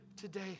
today